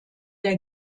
der